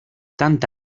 tanta